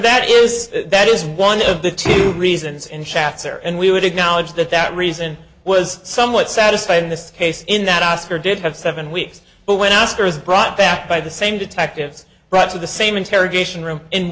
that is that is one of the reasons and chatter and we would acknowledge that that reason was somewhat satisfied in this case in that oscar did have seven weeks but when asked who has brought back by the same detectives brought to the same interrogation room in